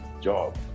job